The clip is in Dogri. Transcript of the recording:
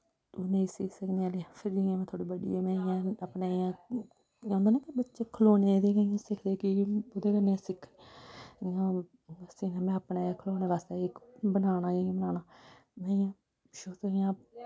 नेईं सी सकनी हाली फ्ही जियां में थोह्ड़ी बड्डी होई में अपने इ'यां इयां होना ना बच्चे खलौने दे गै इयां सिखदे ओह्दे कन्नै गै इ'यां सीने में अपने खलौनै बास्तै गै इक बनाना इ'यां में शुरू तो गै इ'यां